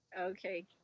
Okay